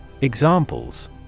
Examples